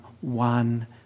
one